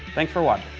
thanks for watching.